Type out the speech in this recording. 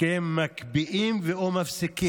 כי הם מקפיאים או מפסיקים